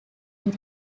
area